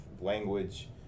language